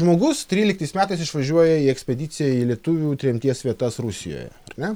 žmogus tryliktais metais išvažiuoja į ekspediciją į lietuvių tremties vietas rusijoje ar ne